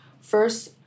First